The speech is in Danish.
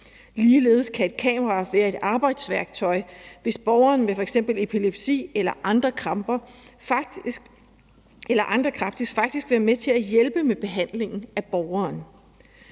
Ligeledes kan et kamera være et arbejdsværktøj, f.eks. ved epilepsi eller kramper, og faktisk være med til at hjælpe med behandlingen af borgeren.